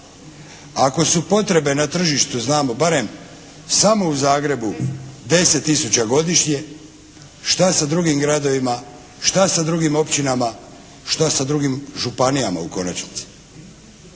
Ako su potrebe na tržištu znamo barem samo u Zagrebu 10 tisuća godišnje, šta sa drugim gradovima, šta sa drugim općinama, šta sa drugim županijama u konačnici?